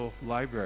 library